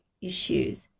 issues